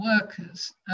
workers